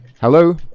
Hello